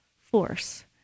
force